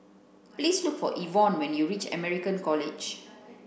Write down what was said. please look for Yvonne when you reach American College